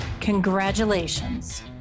Congratulations